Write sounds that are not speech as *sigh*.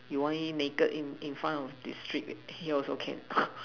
you want him naked in front of the street he also can *noise*